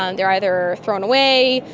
um they are either thrown away,